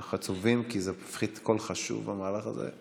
אנחנו עצובים, כי זה מפחית קול חשוב במהלך הזה.